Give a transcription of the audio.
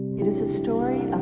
it is a story